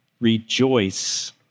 rejoice